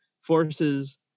forces